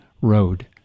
road